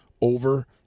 over